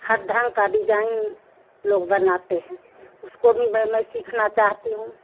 हर ढंग का डिजाईन लोग बनाते हैं उसको भी मैं मैं सीखना चाहती हूँ